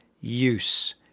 use